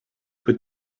put